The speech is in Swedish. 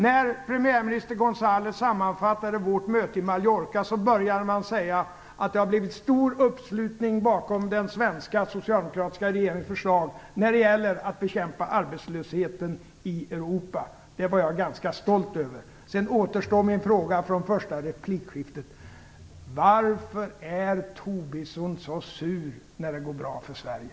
När premiärminister González sammanfattade vårt möte på Mallorca började han med att säga att det har blivit stor uppslutning bakom den svenska socialdemokratiska regeringens förslag när det gäller att bekämpa arbetslösheten i Europa. Det var jag ganska stolt över. Sedan återstår min fråga från första replikskiftet: Varför är Tobisson så sur när det går bra för Sverige?